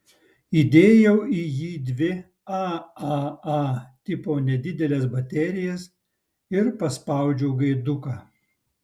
įdėjau į jį dvi aaa tipo nedideles baterijas ir paspaudžiau gaiduką